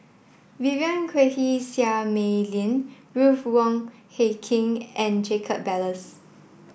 Vivien Quahe Seah Mei Lin Ruth Wong Hie King and Jacob Ballas